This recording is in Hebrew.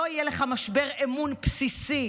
ולא יהיה לך משבר אמון בסיסי